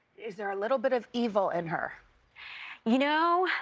is there a little bit of evil in her you know